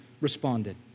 responded